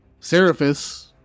Seraphis